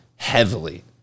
heavily